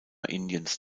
indiens